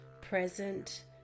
present